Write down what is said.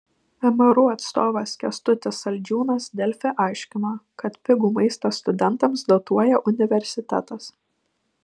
mru atstovas kęstutis saldžiūnas delfi aiškino kad pigų maistą studentams dotuoja universitetas